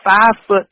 five-foot